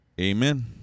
amen